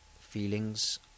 feelings